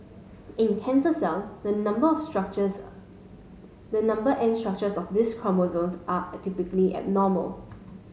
in cancer cell the number structures the number and structures of these chromosomes are typically abnormal